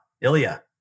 Ilya